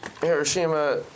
Hiroshima